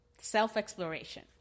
self-exploration